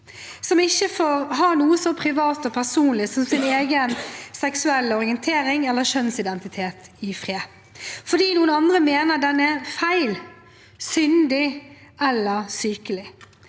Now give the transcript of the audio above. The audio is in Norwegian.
som ikke får ha noe så privat og personlig som sin egen seksuelle orientering eller kjønnsidentitet i fred fordi noen andre mener den er feil, syndig eller sykelig,